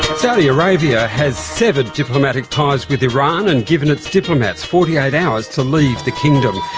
saudi arabia has severed diplomatic ties with iran and given its diplomats forty eight hours to leave the kingdom,